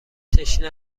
تشنه